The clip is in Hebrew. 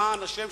למען השם,